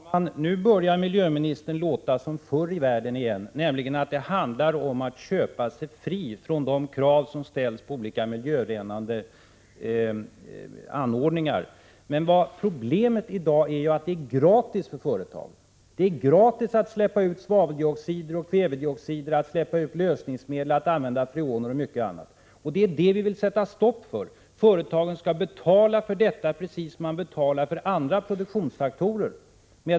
Herr talman! Nu börjar energioch miljöministern låta som förr i världen igen och säga att det handlar om att köpa sig fri från de krav som ställs på olika miljörenande anordningar. Men problemet i dag är att det är gratis för företagen att släppa ut svaveloxider, kväveoxider och lösningsmedel samt använda freoner och mycket annat. Det är detta som vi vill sätta stopp för. Företagen skall betala för detta, precis som man betalar för andra produktionsfaktorer.